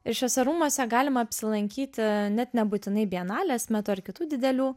ir šiuose rūmuose galima apsilankyti net nebūtinai bienalės metu ar kitų didelių